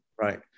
right